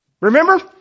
Remember